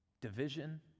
division